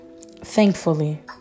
Thankfully